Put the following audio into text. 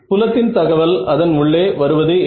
புலத்தின் தகவல் அதன் உள்ளே வருவது இல்லை